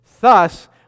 Thus